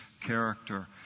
character